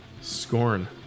Scorn